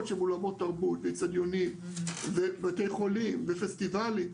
שהם אולמות תרבות ואצטדיונים ובתי חולים ופסטיבלים,